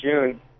June